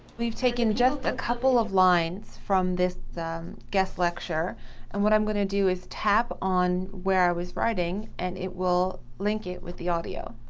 we've taken just a couple of lines from this guest lecture and what i'm going to do is tap on where i was writing and it will link it with the audio.